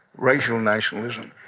racial nationalism,